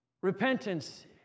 Repentance